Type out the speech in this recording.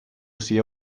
sia